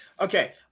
Okay